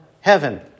heaven